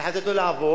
אתה חייב לתת לו לעבוד,